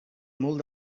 molt